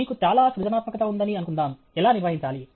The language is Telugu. మీకు చాలా సృజనాత్మకత ఉందని అనుకుందాం ఎలా నిర్వహించాలి